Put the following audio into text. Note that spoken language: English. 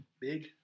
Big